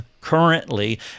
currently